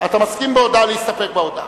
אתה מסכים להסתפק בהודעה.